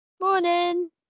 Morning